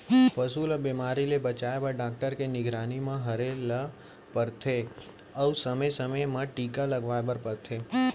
पसू ल बेमारी ले बचाए बर डॉक्टर के निगरानी म रहें ल परथे अउ समे समे म टीका लगवाए बर परथे